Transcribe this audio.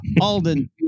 Alden